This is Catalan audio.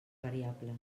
variables